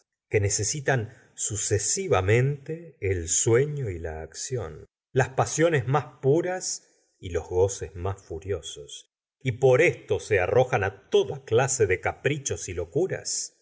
que necesitan sucesivamente el sueño y la acción las pasiones más puras y los gola señora de bovary tomo gustavo flaubert ces más furiosos y por esto se arrojan toda clase de caprichos y locuras